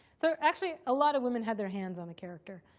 so actually a lot of women had their hands on the character